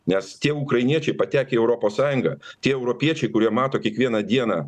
nes tie ukrainiečiai patekę į europos sąjungą tie europiečiai kurie mato kiekvieną dieną